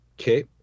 Okay